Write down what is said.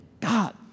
God